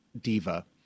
diva